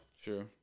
Sure